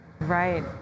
Right